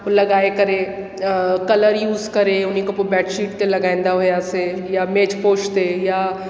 लॻाए करे colour use करे हुन खां पोइ बैडशीट ते लॻाईंदा हुआसीं या मेजपोश ते या